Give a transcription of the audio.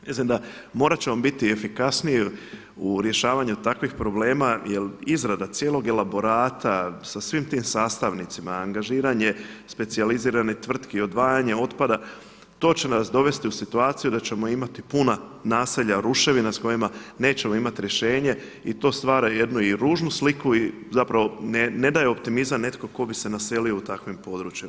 Mislim da morati ćemo biti efikasniji u rješavanju takvih problema jer izrada cijelog elaborata sa svim tim sastavnicima, angažiranje specijaliziranih tvrtki i odvajanje otpada to će nas dovesti u situaciju da ćemo imati puna naselja, ruševina s kojima nećemo imati rješenje i to stvara jednu i ružnu sliku i zapravo ne daje optimizam netko tko bi se naselio na takvom području.